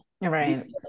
right